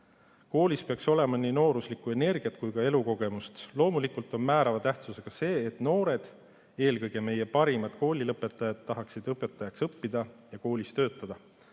jne. Koolis peaks olema nii nooruslikku energiat kui ka elukogemust. Loomulikult on määrava tähtsusega see, et noored, eelkõige meie parimad koolilõpetajad, tahaksid õpetajaks õppida ja koolis töötada.